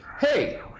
Hey